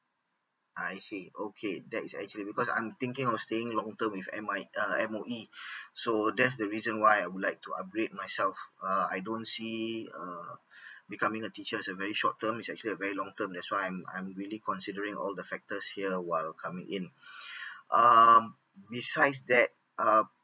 I see okay that is actually because I'm thinking of staying long term with N_I uh M_O_E so that's the reason why I would like to upgrade myself uh I don't see uh becoming a teacher is a very short term is actually a very long term that's why I'm I'm really considering all the factors here while coming in um besides that uh